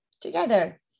together